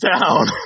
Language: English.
down